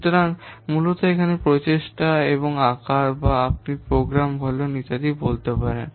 সুতরাং মূলত এখানে প্রচেষ্টা এবং আকার বা আপনি প্রোগ্রাম ভলিউম ইত্যাদি বলতে পারেন